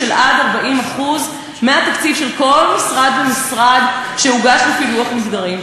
עד 40% מהתקציב של כל משרד ומשרד יוגש בפילוח מגדרי.